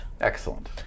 Excellent